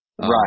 right